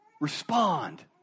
respond